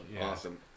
Awesome